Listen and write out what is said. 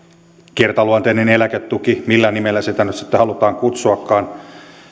kertaluonteinen eläketuki millä nimellä sitä nyt sitten halutaan kutsuakaan